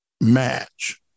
match